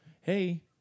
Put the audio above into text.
hey